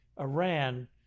Iran